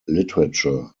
literature